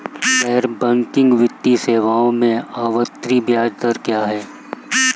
गैर बैंकिंग वित्तीय सेवाओं में आवर्ती ब्याज दर क्या है?